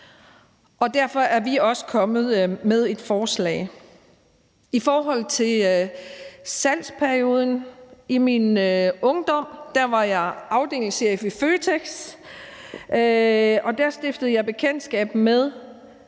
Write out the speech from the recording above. og derfor er vi også kommet med et forslag i forhold til salgsperioden. I min ungdom var jeg afdelingschef i Føtex, og der stiftede jeg bekendtskab med,